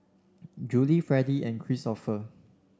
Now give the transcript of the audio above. Juli Fredy and Kristoffer